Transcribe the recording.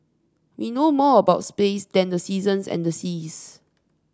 we know more about space than the seasons and the seas